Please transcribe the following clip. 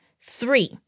Three